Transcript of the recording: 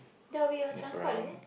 there will be a transport is it